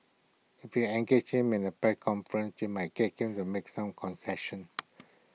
if you engage him in A press conference you might get him to make some concessions